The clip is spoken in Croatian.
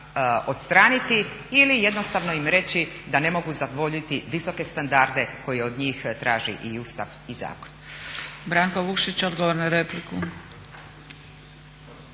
odstraniti ili jednostavno im reći da ne mogu zadovoljiti visoke standarde koje od njih traži i Ustav i zakon.